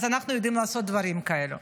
אז אנחנו יודעים לעשות דברים כאלו.